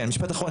משפט אחרון,